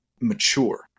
mature